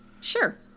Sure